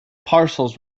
parcels